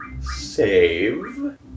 Save